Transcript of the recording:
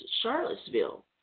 Charlottesville